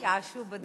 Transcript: אנשים התייאשו בדרך.